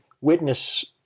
witness